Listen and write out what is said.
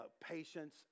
patience